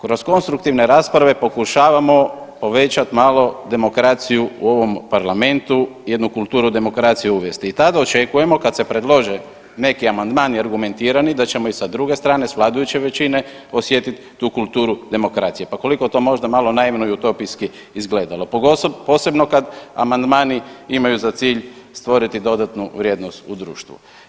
Kroz konstruktivne rasprave pokušavamo povećat malo demokraciju u ovom parlamentu, jednu kulturu demokracije uvesti i tada očekujemo kad se predlože neki amandmani argumentirani da ćemo i sa druge strane s vladajuće većine osjetit tu kulturu demokracije, pa koliko to možda malo naivno i utopijski izgledalo, posebno kad amandmani imaju za cilj stvoriti dodatnu vrijednost u društvu.